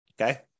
Okay